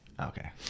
okay